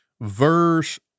verse